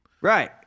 Right